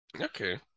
Okay